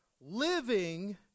living